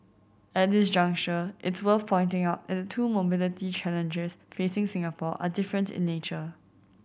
at this juncture it's worth pointing out that the two mobility challenges facing Singapore are different in nature